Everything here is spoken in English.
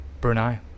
Brunei